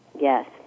Yes